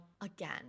again